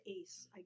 ace